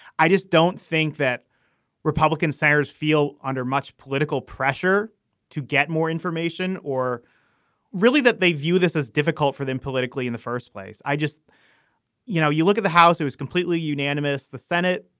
i just don't think that republican senators feel under much political pressure to get more information or really that they view this as difficult for them politically in the first place. i just you know, you look at the house, it was completely unanimous. the senate,